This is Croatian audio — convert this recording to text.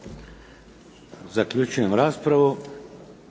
Zaključujem raspravu.